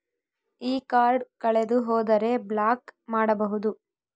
ಈ ಕಾರ್ಡ್ ಕಳೆದು ಹೋದರೆ ಬ್ಲಾಕ್ ಮಾಡಬಹುದು?